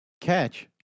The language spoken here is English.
Catch